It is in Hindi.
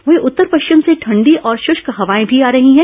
वहीं उत्तर पश्चिम से ठंडी और शुष्क हवाए आ रही हैं